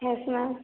yes ma'am